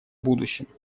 будущем